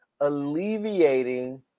alleviating